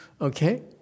Okay